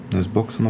there's books